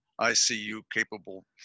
ICU-capable